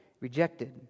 rejected